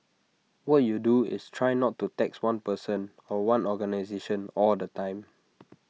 what you do is try not to tax one person or one organisation all the time